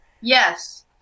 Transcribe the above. Yes